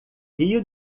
rio